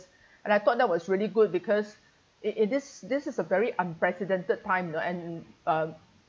and I thought that was really good because it it this this is a very unprecedented time you know and uh